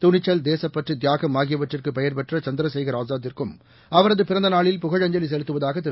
துணிச்சல் தேசப்பற்று தியாகம் ஆகியவற்றுக்கு பெயர்பெற்ற சந்திரசேகர் ஆஸாத்துக்கும் அவரது பிறந்தநாளில் புகழஞ்சலி செலுத்துவதாக திரு